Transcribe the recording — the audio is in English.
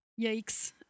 Yikes